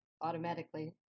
automatically